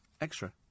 extra